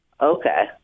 Okay